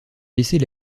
laisser